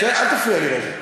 אל תפריע לי רגע.